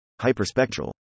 hyperspectral